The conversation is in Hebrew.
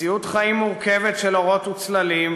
מציאות חיים מורכבת של אורות וצללים,